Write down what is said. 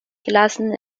gelassen